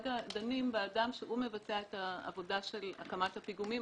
כרגע אנחנו דנים באדם שמבצע את העבודה של הקמת הפיגומים,